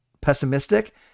pessimistic